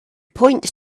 point